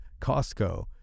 Costco